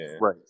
Right